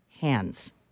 hands